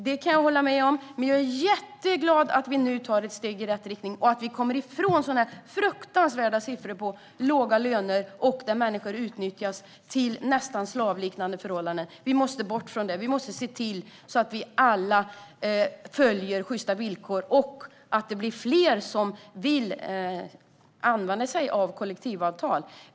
Det kan jag hålla med om, men jag är jätteglad att vi nu tar ett steg i rätt riktning och kommer bort från sådana här fruktansvärda siffror på låga löner och att människor utnyttjas under nästan slavliknande förhållanden. Vi måste bort från det. Vi måste se till att alla följer sjysta villkor och att det blir fler som vill använda sig av kollektivavtal.